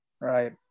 right